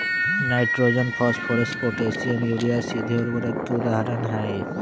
nitrogen, phosphorus, potassium, urea सीधे उर्वरक के उदाहरण हई